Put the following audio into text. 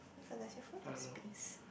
my-god does your phone have space